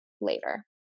later